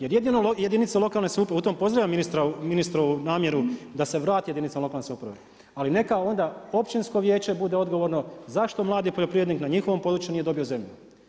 Jer jedino jedinice lokalne samouprave, u tom pozdravljam ministrovu namjeru da se vrati jedinicama lokalne samouprave ali neka onda općinsko vijeće bude odgovorno zašto mladi poljoprivrednik na njihovom području nije dobio zemlju.